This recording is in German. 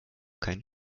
keine